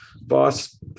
boss